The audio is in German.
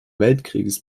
weltkrieges